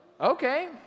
Okay